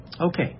Okay